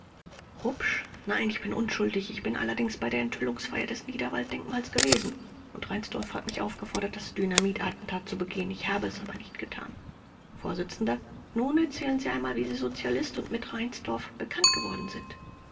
nein ich bin unschuldig ich bin allerdings bei der enthüllungsfeier des niederwalddenkmals gewesen und reinsdorf hat mich aufgefordert das dynamitattentat zu begehen ich habe es aber nicht getan vors nun erzählen sie einmal wie sie sozialist und mit reinsdorf bekannt geworden sind